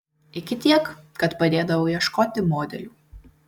iki tiek kad padėdavau ieškoti modelių